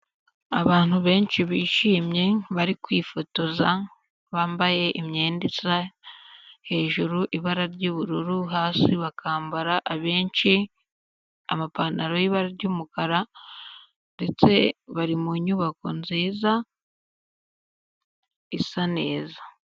Abantu benshi bishimye bari kwifotoza bambaye imyenda isa hejuru ibara ry'ubururu, hasi bakambara abeshi amapantaro y'ibara ry'umukara ndetse bari mu nyubako nziza isa neza.